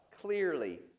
clearly